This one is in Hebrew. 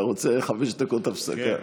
אתה רוצה חמש דקות הפסקה?